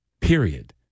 period